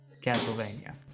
Castlevania